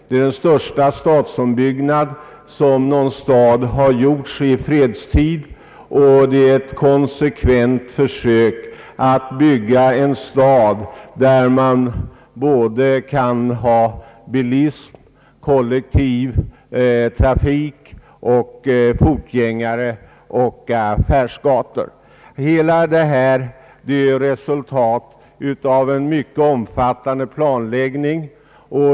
Det är den största stadsombyggnad som någon stad har gjort i fredstid och det är ett konsekvent försök att bygga en stad för både bilism, kollektivtrafik, fotgängare och med affärsgator och hus. Allt detta är resultatet av en mycket omfattande planläggning.